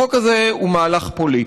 החוק הזה הוא מהלך פוליטי,